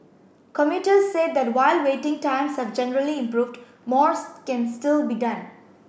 commuters said that while waiting times have generally improved more can still be done